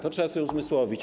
To trzeba sobie uzmysłowić.